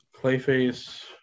Clayface